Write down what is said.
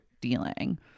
dealing